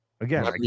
again